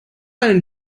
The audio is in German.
einen